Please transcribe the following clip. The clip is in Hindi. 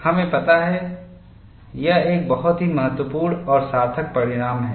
हमें पता है यह एक बहुत ही महत्वपूर्ण और सार्थक परिणाम है